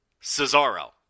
Cesaro